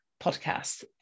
podcast